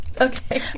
Okay